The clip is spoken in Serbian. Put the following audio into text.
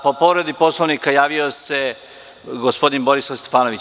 Po povredi Poslovnika javio se gospodin Borislav Stefanović.